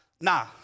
Nah